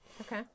Okay